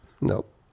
Nope